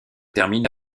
termine